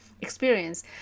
experience